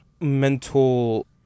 mental